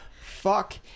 fuck